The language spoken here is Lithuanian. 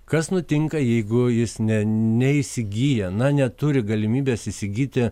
kas nutinka jeigu jis ne neįsigyja na neturi galimybės įsigyti